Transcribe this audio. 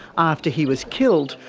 after he was killed,